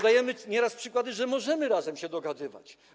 Dajemy nieraz przykłady, że możemy razem się dogadywać.